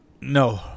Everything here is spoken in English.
no